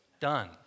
done